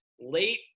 late